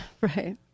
Right